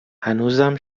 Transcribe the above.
هنوزم